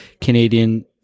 Canadian